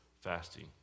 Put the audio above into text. fasting